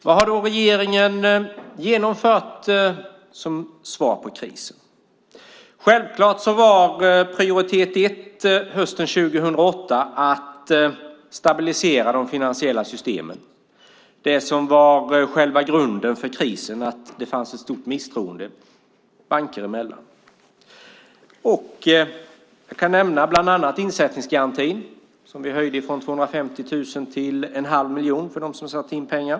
Vad har då regeringen genomfört som svar på krisen? Självklart var prioritet ett hösten 2008 att stabilisera de finansiella systemen, det som var själva grunden för krisen, att det fanns ett stort misstroende banker emellan. Jag kan nämna att bland annat insättningsgarantin höjdes från 250 000 till 1⁄2 miljon för dem som satte in pengar.